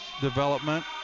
development